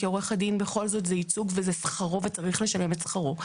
כי עורך דין בכל זאת זה ייצוג וזה שכרו וצריך לשלם את שכרו.